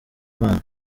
imana